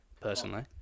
personally